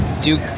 Duke